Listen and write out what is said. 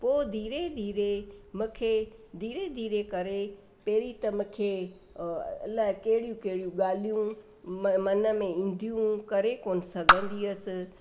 पोइ धीरे धीरे मूंखे धीरे धीरे करे पहिरीं त मूंखे इलाही कहिड़ियूं कहिड़ियूं ॻाल्हियूं म मन में ईंदियूं हू करे कोन सघंदी हुअसि